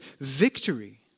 victory